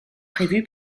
prévu